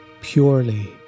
purely